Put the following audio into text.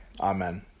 amen